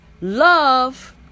love